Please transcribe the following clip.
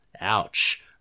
Ouch